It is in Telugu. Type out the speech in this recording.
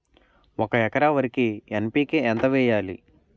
ఒక ఎకర వరికి ఎన్.పి.కే ఎంత వేయాలి?